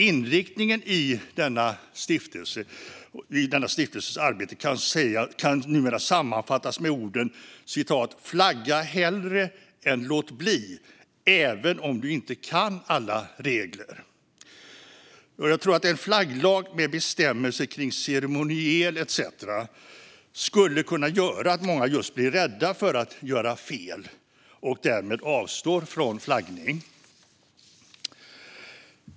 Inriktningen i stiftelsens arbete kan numera sammanfattas med orden "Flagga hellre än låt bli - även om du inte kan alla regler." Jag tror att en flagglag med bestämmelser kring ceremoniel etcetera skulle kunna göra att många blir rädda för att göra fel och därmed avstår från flaggning.